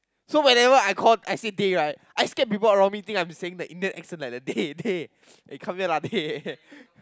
so whenever I call I see dey right I scared people around me think I'm saying the Indian accent like the dey dey eh come here lah dey